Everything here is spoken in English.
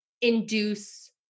induce